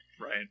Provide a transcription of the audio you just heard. Right